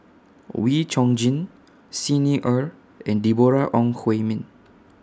Wee Chong Jin Xi Ni Er and Deborah Ong Hui Min